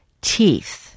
teeth